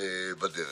היות